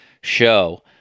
show